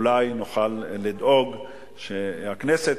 אולי נוכל לדאוג שהכנסת,